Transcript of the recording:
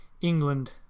England